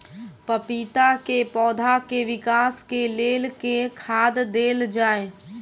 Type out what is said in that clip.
पपीता केँ पौधा केँ विकास केँ लेल केँ खाद देल जाए?